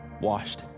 washed